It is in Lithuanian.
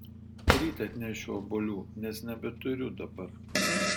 ryt atnešiu obuolių nes nebeturiu dabar